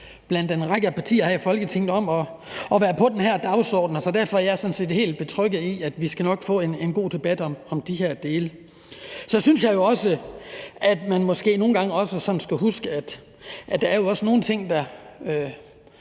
mellem en række partier her i Folketinget om at være på den her dagsorden, og derfor er jeg sådan set helt betrygget i, at vi nok skal få en god debat om de her dele. Så synes jeg også, man skal huske, at der jo nogle gange er